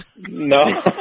No